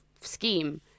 scheme